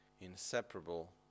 inseparable